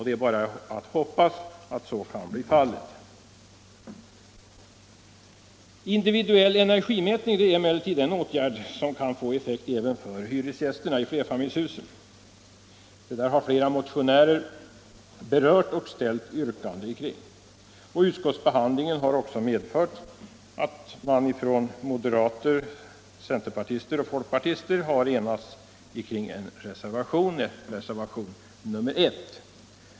Det är bara att hoppas att så kan bli fallet. Individuell energimätning är emellertid en åtgärd som kan få effekt även för hyresgästerna i flerfamiljshusen. Det har flera motionärer vidrört och ställt yrkanden kring. Utskottsbehandlingen har också medfört att moderater, centerpartister och folkpartister har enats kring en reservation, nr 1.